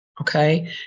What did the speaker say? okay